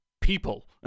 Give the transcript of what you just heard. people